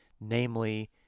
namely